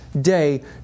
day